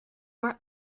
were